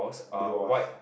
blue walls